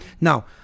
Now